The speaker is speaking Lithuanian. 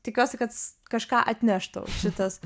tikiuosi kad kažką atneš tau šitas